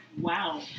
Wow